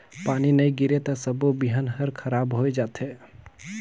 पानी नई गिरे त सबो बिहन हर खराब होए जथे